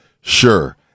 Sure